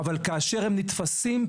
אבל כאשר הם נתפסים,